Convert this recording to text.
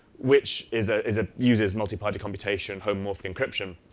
which is ah is a user's multiparty computation, homomorphic encryption.